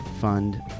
Fund